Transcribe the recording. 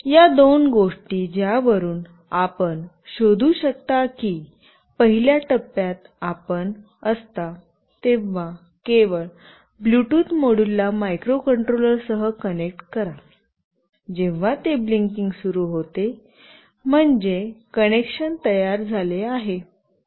या दोन गोष्टी ज्या वरून आपण शोधू शकता की पहिल्या टप्प्यात आपण असता तेव्हा केवळ ब्लूटूथ मॉड्यूलला मायक्रोकंट्रोलर सह कनेक्ट करा जेव्हा ते ब्लिंकिंग सुरू होते म्हणजे कनेक्शन तयार झाले आहे